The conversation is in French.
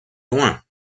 loin